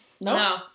No